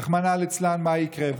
רחמנא ליצלן מה יקרה.